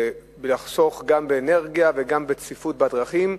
לחסוך גם באנרגיה וגם בצפיפות בדרכים.